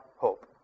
hope